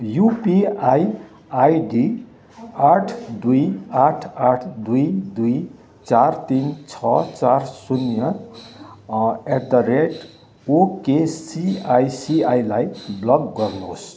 UPI ID आठ दुई आठ आठ दुई दुई चार तिन छ चार शून्य एट द रेट ओकेसिआइसिआईलाई ब्लक गर्नुहोस्